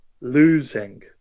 losing